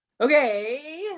Okay